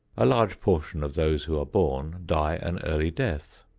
a large portion of those who are born die an early death.